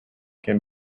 can